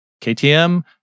KTM